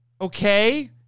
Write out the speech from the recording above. okay